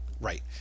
Right